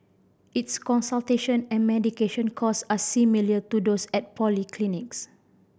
its consultation and medication costs are similar to those at polyclinics